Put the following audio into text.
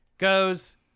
Goes